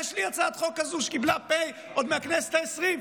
יש לי הצעת חוק כזו שקיבלה פ' עוד מהכנסת העשרים.